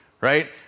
right